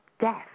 death